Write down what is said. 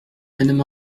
madame